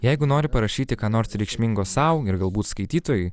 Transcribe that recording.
jeigu nori parašyti ką nors reikšmingo sau ir galbūt skaitytojui